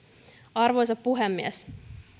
arvoisa puhemies